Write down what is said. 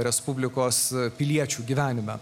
respublikos piliečių gyvenime